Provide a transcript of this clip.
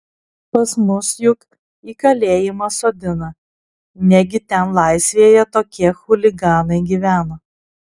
pas mus juk į kalėjimą sodina negi ten laisvėje tokie chuliganai gyvena